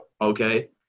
okay